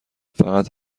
فقط